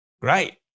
Great